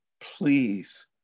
please